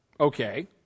okay